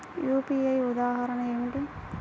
UPI ఉదాహరణ ఏమిటి?